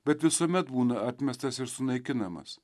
bet visuomet būna atmestas ir sunaikinamas